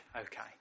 Okay